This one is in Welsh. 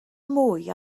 mwy